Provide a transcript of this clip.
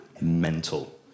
mental